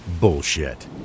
Bullshit